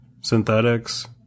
synthetics